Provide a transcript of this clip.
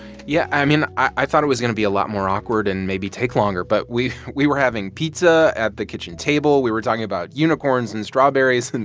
yeah. i mean, i thought it was going to be a lot more awkward and maybe take longer. but we we were having pizza at the kitchen table, we were talking about unicorns and strawberries, and